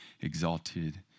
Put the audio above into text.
exalted